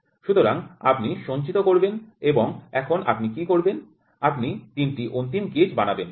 সুতরাং আপনি সঞ্চিত করবেন এবং এখন আপনি কী করবেন আপনি ৩ টি অন্তিম গেজ বানাবেন